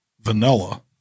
Vanilla